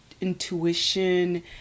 intuition